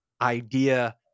idea